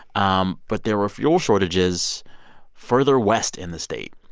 um but there were fuel shortages further west in the state,